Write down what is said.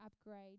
upgrade